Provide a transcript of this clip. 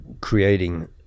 creating